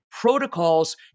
protocols